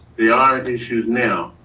they are issues now.